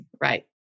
right